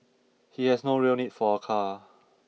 he has no real need for a car